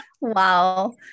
wow